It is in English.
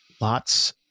lots